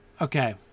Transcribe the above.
Okay